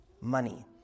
money